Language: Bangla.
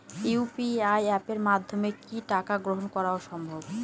ইউ.পি.আই অ্যাপের মাধ্যমে কি টাকা গ্রহণ করাও সম্ভব?